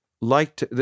liked